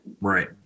right